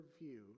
view